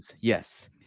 Yes